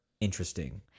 interesting